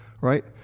right